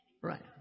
Right